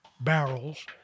barrels